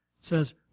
says